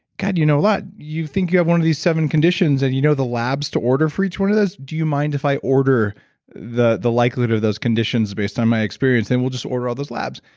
god you know a lot. you think you have one of these seven conditions and you know the labs to order for each one of those. do you mind if i order the the likelihood of those conditions based on my experience and we'll just order all those labs?